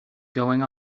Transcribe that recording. going